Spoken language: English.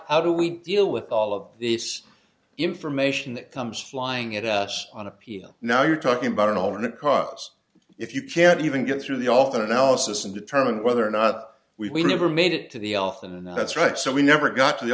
how do we deal with all of these information that comes flying at us on appeal now you're talking about an alternate cause if you can't even get through the alternate analysis and determine whether or not we never made it to the elfin that's right so we never got to the